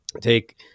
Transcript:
Take